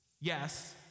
Yes